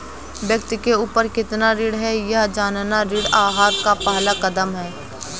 व्यक्ति के ऊपर कितना ऋण है यह जानना ऋण आहार का पहला कदम है